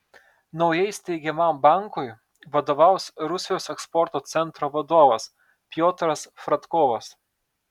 naujai steigiamam bankui vadovaus rusijos eksporto centro vadovas piotras fradkovas